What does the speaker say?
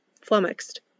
flummoxed